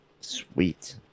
Sweet